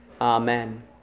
Amen